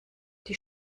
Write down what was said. die